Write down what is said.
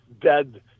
dead